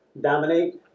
dominate